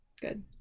Good